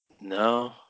No